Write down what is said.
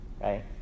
right